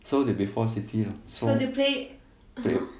so they before city uh so